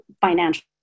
financial